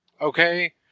Okay